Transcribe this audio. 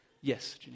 Yes